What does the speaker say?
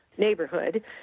neighborhood